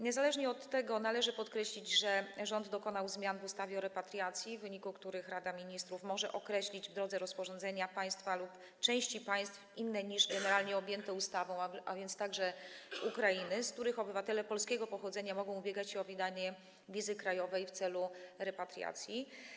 Niezależnie od tego należy podkreślić, że rząd dokonał zmian w ustawie o repatriacji, w wyniku których Rada Ministrów może określić, w drodze rozporządzenia, państwa lub części państw inne niż generalnie objęte ustawą - a więc obejmuje to także Ukrainę - których obywatele polskiego pochodzenia mogą ubiegać się o wydanie wizy krajowej w celu repatriacji.